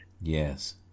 yes